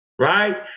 Right